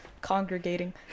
congregating